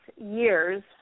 years